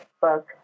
book